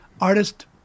artist